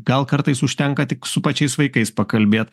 gal kartais užtenka tik su pačiais vaikais pakalbėt